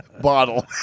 bottle